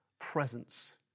presence